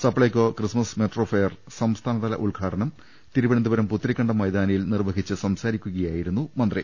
Supplyco Christmas metro fair സംസ്ഥാനതല ഉദ്ഘാടനം Thiruvananthapuram Putharikandam മൈതാനിയിൽ നിർവഹിച്ച് സംസാരിക്കുകയാ യിരുന്നു മന്ത്രി